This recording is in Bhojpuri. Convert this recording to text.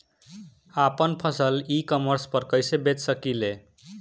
आपन फसल ई कॉमर्स पर कईसे बेच सकिले?